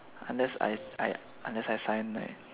unless I I unless I sign like